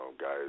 guys –